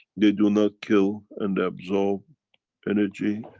they do not kill, and absorb energy,